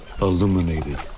illuminated